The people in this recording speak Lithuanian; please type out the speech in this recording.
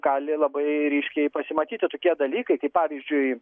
gali labai ryškiai pasimatyti tokie dalykai kaip pavyzdžiui